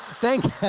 thank